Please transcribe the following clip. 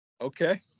Okay